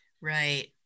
Right